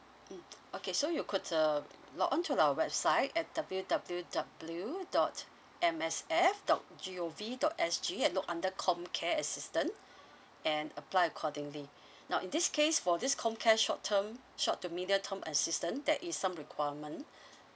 mm okay so you could uh log on to our website at w w w dot M S F dot g o v dot s g look under com care assistant and apply accordingly now in this case for this com care short term short to middle term assistant there is some requirement